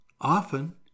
Often